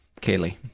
Kaylee